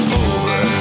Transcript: over